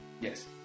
Yes